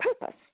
purpose